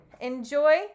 enjoy